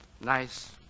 Nice